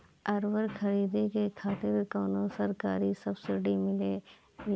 उर्वरक खरीदे खातिर कउनो सरकारी सब्सीडी मिलेल?